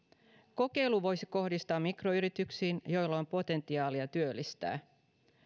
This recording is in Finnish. kokeilun voisi kohdistaa mikroyrityksiin joilla on potentiaalia työllistää